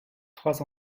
trois